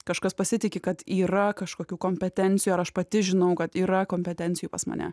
kažkas pasitiki kad yra kažkokių kompetencijų ar aš pati žinau kad yra kompetencijų pas mane